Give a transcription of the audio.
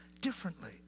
differently